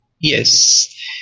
Yes